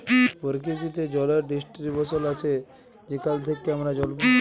পরকিতিতে জলের ডিস্টিরিবশল আছে যেখাল থ্যাইকে আমরা জল পাই